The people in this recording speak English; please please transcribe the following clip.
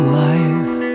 life